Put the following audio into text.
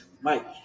Mike